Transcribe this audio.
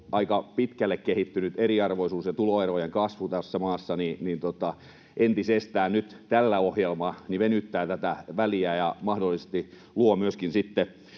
aika pitkälle kehittynyt eriarvoisuus ja tuloerojen kasvu tässä maassa entisestään nyt tällä ohjelmalla venyttää tätä väliä ja mahdollisesti luo myöskin sitä